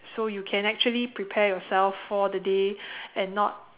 so you can actually prepare yourself for the day and not